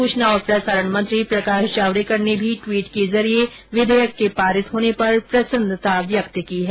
सूचना और प्रसारण मंत्री प्रकाश जावडेकर ने भी टवीट के जरिये विधेयक के पारित होने पर प्रसन्नता व्यक्त की है